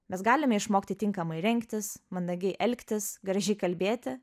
mes galime išmokti tinkamai rengtis mandagiai elgtis gražiai kalbėti